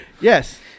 Yes